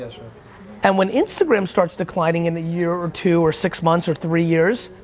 and when instagram starts declining in a year or two or six months or three years,